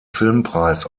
filmpreis